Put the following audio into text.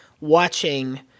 watching